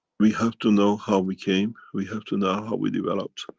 we have to know how we came, we have to know how we developed,